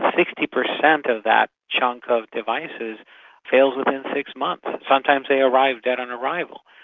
sixty percent of that chunk of devices fails within six months. sometimes they arrive dead on arrival.